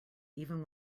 even